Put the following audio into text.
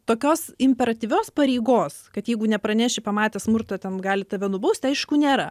tokios imperatyvios pareigos kad jeigu nepraneši pamatęs smurtą ten gali tave nubausti aišku nėra